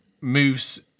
moves